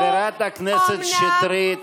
חברת הכנסת שטרית,